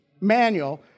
manual